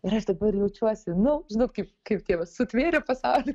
ir aš dabar jaučiuosi nu žinot kaip kaip dievas sutvėrė pasaulį